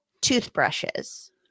toothbrushes